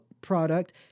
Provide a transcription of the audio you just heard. product